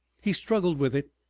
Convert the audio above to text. he struggled with it,